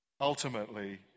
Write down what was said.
Ultimately